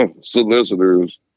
solicitors